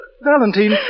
Valentine